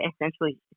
essentially